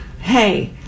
Hey